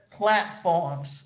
platforms